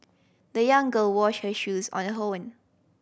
the young girl washed her shoes on her own